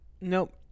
Nope